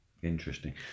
Interesting